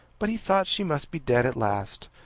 but he thought she must be dead at last.